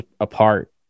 apart